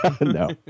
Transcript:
no